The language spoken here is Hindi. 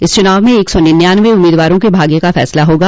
इस चुनाव में एक सौ निन्यानवे उम्मीदवारों के भाग्य का फैसला होगा